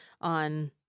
on